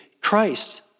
Christ